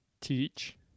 Teach